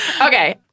Okay